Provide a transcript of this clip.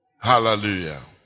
Hallelujah